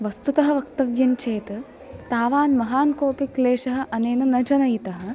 वस्तुतः वक्तव्यं चेत् तावान् महान् कोऽपि क्लेशः अनेन न जनयितः